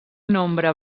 nombre